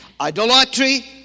idolatry